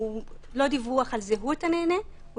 הוא לא דיווח על זהות הנהנה הוא